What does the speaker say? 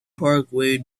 parkway